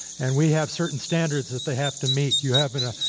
and we have certain standards that they have to meet. you have an ah